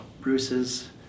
Bruce's